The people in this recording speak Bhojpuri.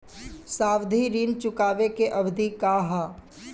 सावधि ऋण चुकावे के अवधि का ह?